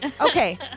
Okay